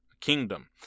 kingdom